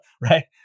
right